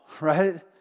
right